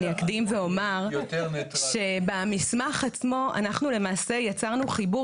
אני אקדים ואומר שבמסמך עצמו אנחנו למעשה יצרנו חיבור